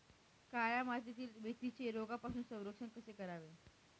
काळ्या मातीतील मेथीचे रोगापासून संरक्षण कसे करावे?